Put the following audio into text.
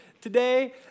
today